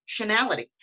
functionality